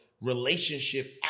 relationship